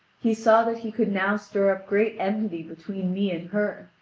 he saw that he could now stir up great enmity between me and her.